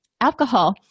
alcohol